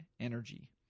energy